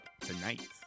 tonight